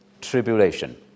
tribulation